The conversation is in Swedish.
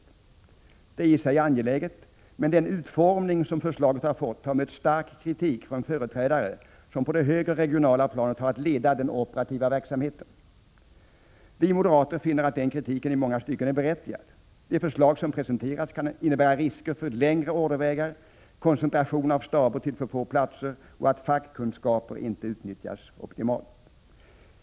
Detta är i sig angeläget. Men den utformning förslaget fått har mött stark kritik från företrädare som på det högre regionala planet har att leda den operativa verksamheten. Vi moderater finner att den kritiken är berättigad i många stycken. Det förslag som presenterats kan innebära risker för längre ordervägar, koncentration av staber till för få platser samt att fackkunskaper inte utnyttjas optimalt.